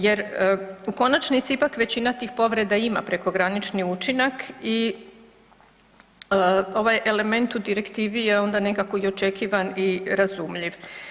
Jer u konačnici, ipak većina tih povreda ima prekogranični učinak i ovaj element u direktivi je onda nekako i očekivan i razumljiv.